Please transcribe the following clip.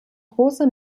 große